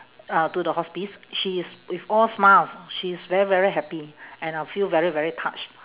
uh to the hospice she is with all smiles she's very very happy and I feel very very touched